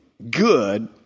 Good